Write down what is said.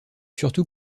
surtout